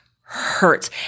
hurts